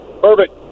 Perfect